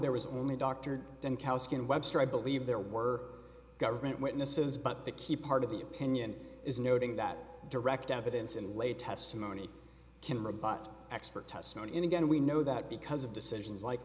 there was only doctored cowskin webster i believe there were government witnesses but the key part of the opinion is noting that direct evidence in lay testimony can rebut expert testimony and again we know that because of decisions like